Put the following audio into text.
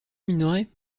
minoret